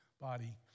body